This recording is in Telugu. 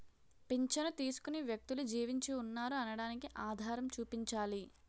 పింఛను తీసుకునే వ్యక్తులు జీవించి ఉన్నారు అనడానికి ఆధారం చూపించాలి